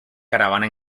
caravana